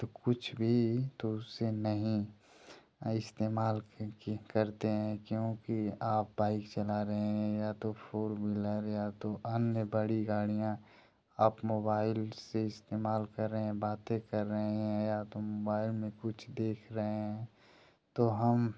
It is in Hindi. तो कुछ भी तो उससे नहीं इस्तेमाल क्योंकि करते हैं क्योंकि आप बाइक चला रहे हैं या तो फ़ोर व्हीलर या तो अन्य बड़ी गाड़ियाँ आप मोबाइल से इस्तेमाल कर रहे हैं बातें कर रहे हैं या तो मोबाइल में कुछ देख रहें हैं तो हम